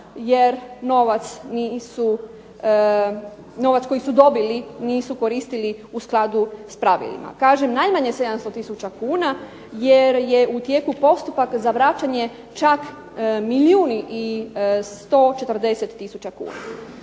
novac koji su dobili nisu koristili u skladu s pravilima. Kažem najmanje 700 tisuća kuna jer je u tijeku postupak za vraćanje čak milijun